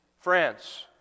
France